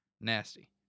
nasty